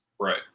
Right